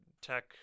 tech